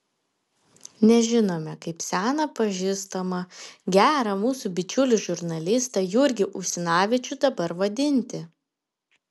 nežinome kaip seną pažįstamą gerą mūsų bičiulį žurnalistą jurgį usinavičių dabar vadinti